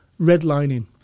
redlining